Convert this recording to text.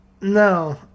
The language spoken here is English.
No